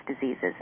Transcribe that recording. diseases